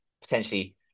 potentially